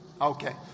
Okay